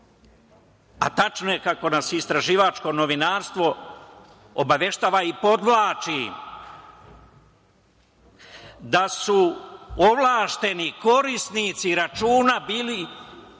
a tačno je kako nas istraživačko novinarstvo obaveštava i podvlači, da su ovlašćeni korisnici računa bili